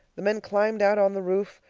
the men climbed out on the roof,